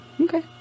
Okay